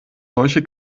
solche